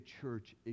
Church